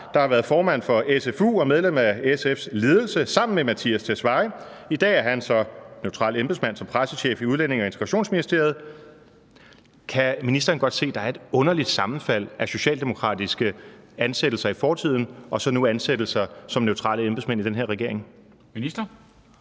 der har været formand for SFU og medlem af SF's ledelse sammen med Mattias Tesfaye. I dag er han neutral embedsmand som pressechef i Udlændinge- og Integrationsministeriet. Kan ministeren godt se, at der er et underligt sammenfald af socialdemokratiske ansættelser i fortiden og nu ansættelser som neutrale embedsmænd i den her regering? Kl.